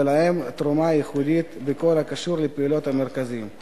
ולכן תרומתם לפעילות המרכזים היא ייחודית.